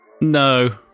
No